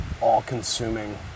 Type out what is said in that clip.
all-consuming